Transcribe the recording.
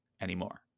anymore